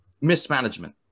mismanagement